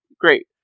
Great